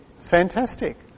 fantastic